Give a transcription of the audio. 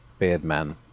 Beardman